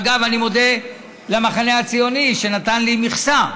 אגב, אני מודה למחנה הציוני, שנתן לי מכסה,